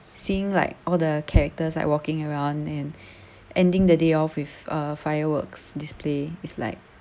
seeing like all the characters like walking around and ending the day off with uh fireworks display is like